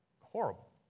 horrible